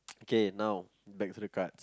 okay now back to the card